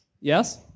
Yes